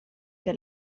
que